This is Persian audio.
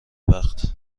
وقت